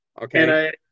Okay